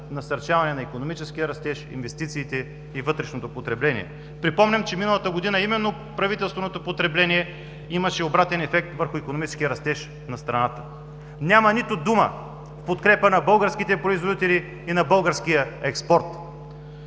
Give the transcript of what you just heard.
насърчаване на икономическия растеж, инвестициите и вътрешното потребление. Припомням, че миналата година именно правителственото потребление имаше обратен ефект върху икономическия растеж на страната. Няма нито дума в подкрепа на българските производители и на българския експорт.